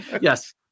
Yes